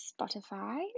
Spotify